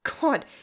God